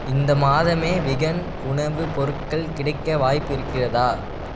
இந்த மாதமே விகன் உணவுப் பொருட்கள் கிடைக்க வாய்ப்பு இருக்கிறதா